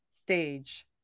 stage